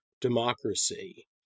democracy